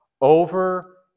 over